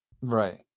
Right